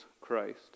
Christ